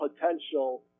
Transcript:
potential